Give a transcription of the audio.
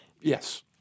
yes